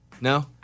No